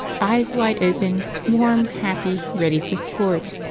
eyes wide open, warm, happy, ready for sport!